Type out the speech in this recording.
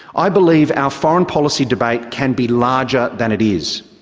i believe our foreign policy debate can be larger than it is.